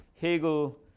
Hegel